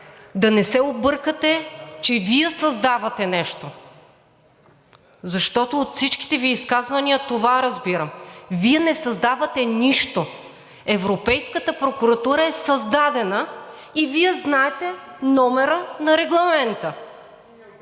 да не се объркате, че Вие създавате нещо, защото от всичките Ви изказвания това разбирам. Вие не създавате нищо, Европейската прокуратура е създадена и Вие знаете номера на регламента.